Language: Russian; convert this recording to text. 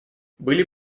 были